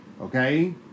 Okay